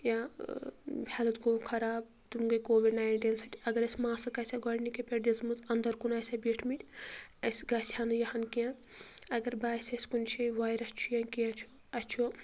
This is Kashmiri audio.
یا ہٮ۪لٕتھ گوٚو خَراب تٕم گٔیے کووِڑ نایِنٹیٖن سۭتۍ اگر اَسہِ ماسٕک آسہِ ہا گۄڈنِکہِ پٮ۪ٹھ دِژمٕژ اَندَر کُن آسہِ ہا بیٖٹھۍ مٕتۍ اَسہِ گژھِ ہا نہٕ یہِ ہَن کینٛہہ اگر باسہِ ہَس کُنہِ جاے وایرَس چھِ یا کینٛہہ چھُ اَسہِ چھُ